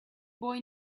boy